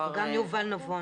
יובל נבון.